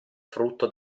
frutto